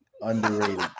Underrated